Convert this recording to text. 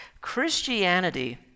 Christianity